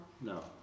No